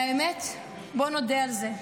האמת, בואו נודה בזה,